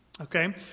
Okay